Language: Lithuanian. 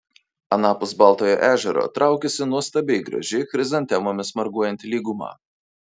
anapus baltojo ežero traukėsi nuostabiai graži chrizantemomis marguojanti lyguma